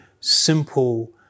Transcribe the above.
simple